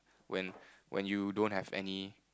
when when you don't have any